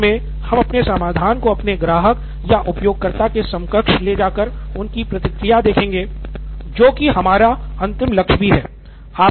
अंतिम उप चरण मे हम अपने समाधान को अपने ग्राहक या उपयोगकर्ता के समक्ष ले जाकर उनकी प्रतिक्रिया देखेंगे जो की हमारा अंतिम लक्ष्य भी है